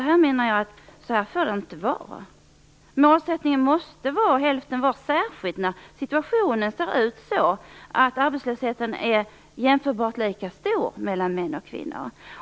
Jag menar att det inte får vara så. Målsättningen måste vara hälften var, särskilt när situationen är den att arbetslösheten jämförelsevis är lika stor bland män och bland kvinnor.